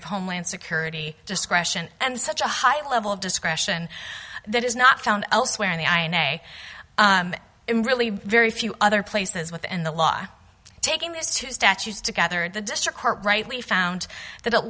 of homeland security discretion and such a high level of discretion that is not found elsewhere in the i a e a in really very few other places within the law taking those two statutes together in the district court rightly found that it